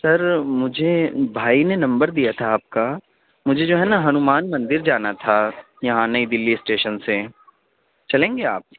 سر مجھے بھائی نے نمبر دیا تھا آپ کا مجھے جو ہے نا ہنومان مندر جانا تھا یہاں نئی دلّی اسٹیشن سے چلیں گے آپ